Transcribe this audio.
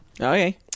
Okay